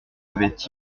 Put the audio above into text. avait